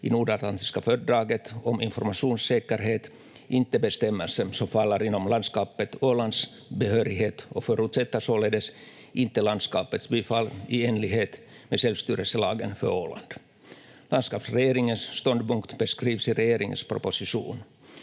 i nordatlantiska fördraget om informationssäkerhet inte bestämmelser som faller inom landskapet Ålands behörighet och förutsätter således inte landskapets bifall i enlighet med självstyrelselagen för Åland. Landskapsregeringens ståndpunkt beskrivs i regeringens proposition.